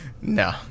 No